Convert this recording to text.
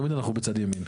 תמיד אנחנו בצד ימין.